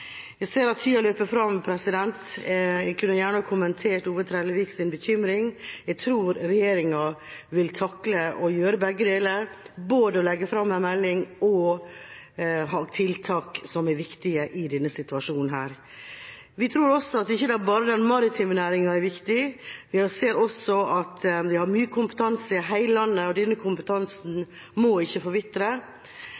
Jeg ser at tida løper fra meg. Jeg skulle gjerne kommentert Ove Bernt Trelleviks bekymring: Jeg tror regjeringa vil takle å gjøre begge deler, både å legge fram en melding og ha tiltak som er viktige i denne situasjonen. Vi tror også at det ikke bare er den maritime næringa som er viktig. Vi ser også at vi har mye kompetanse i hele landet, og denne kompetansen må ikke forvitre.